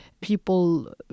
people